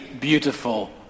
beautiful